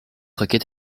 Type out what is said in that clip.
requête